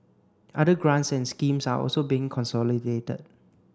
other grants and schemes are also being consolidated